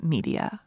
Media